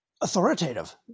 authoritative